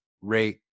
rate